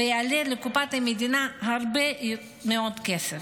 ויעלה לקופת המדינה הרבה מאוד כסף.